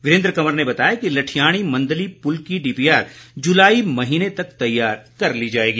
वीरेन्द्र कंवर ने बताया कि लठियाणी मंदली पुल की डीपीआर जुलाई महीने तक तैयार कर ली जाएगी